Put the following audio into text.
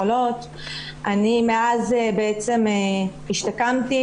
מאז אני השתקמתי.